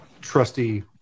trusty